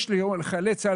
יש יום לחיילי צה"ל,